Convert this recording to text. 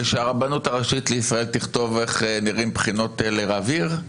ושהרבנות הראשית תכתוב איך נראות בחינות לרב עיר,